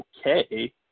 okay